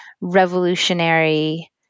revolutionary